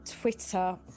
Twitter